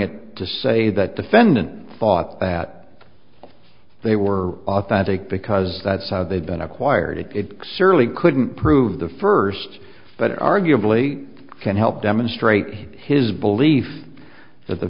it to say that defendant thought that they were authentic because that's how they'd been acquired a surly couldn't prove the first but arguably can help demonstrate his belief